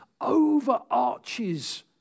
overarches